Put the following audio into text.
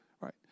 right